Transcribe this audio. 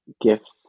gifts